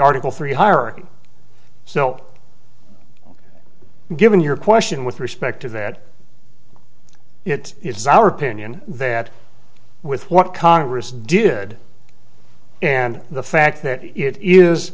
article three hierarchy so given your question with respect to that it is our opinion that with what congress did and the fact that it is